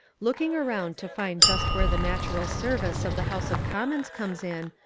looking around to find just where the natural service of the house of commons comes in,